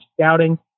scouting